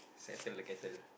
settle the kettle